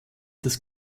das